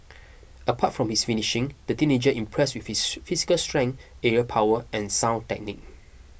apart from his finishing the teenager impressed with his physical strength aerial power and sound technique